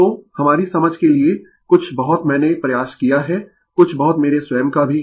तो हमारी समझ के लिए कुछ बहुत मैंने प्रयास किया है कुछ बहुत मेरे स्वयं का भी है